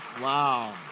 Wow